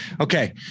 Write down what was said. Okay